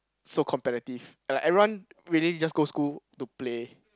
so comparative and like everyone really just go school to play